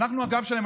אנחנו הגב שלהם,